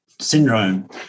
syndrome